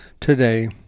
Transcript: today